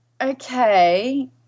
okay